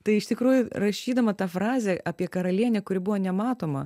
tai iš tikrųjų rašydama tą frazę apie karalienę kuri buvo nematoma